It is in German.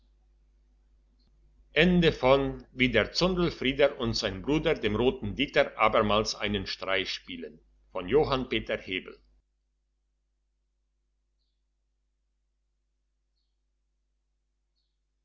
zundelfrieder und sein bruder dem roten dieter abermal einen streich spielen als